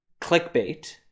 clickbait